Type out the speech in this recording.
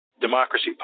democracy